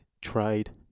Trade